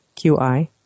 Qi